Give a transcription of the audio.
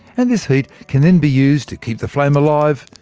and this heat can then be used to keep the flame alive,